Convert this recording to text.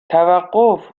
توقف